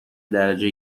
درجه